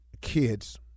kids